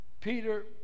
Peter